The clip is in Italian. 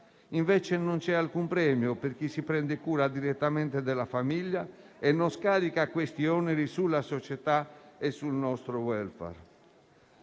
Invece non c'è alcun premio per chi si prende cura direttamente della famiglia e non scarica questi oneri sulla società e sul nostro *welfare*.